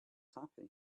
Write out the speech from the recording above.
happy